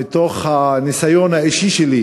מתוך הניסיון שלי,